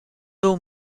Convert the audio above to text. był